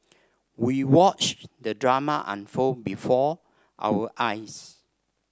we watched the drama unfold before our eyes